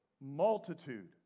Multitude